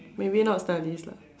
maybe not studies lah